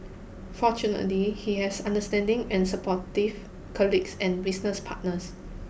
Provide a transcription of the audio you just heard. fortunately he has understanding and supportive colleagues and business partners